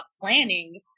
planning